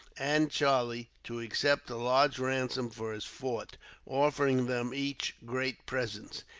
and charlie, to accept a large ransom for his fort offering them each great presents,